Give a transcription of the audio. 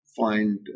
find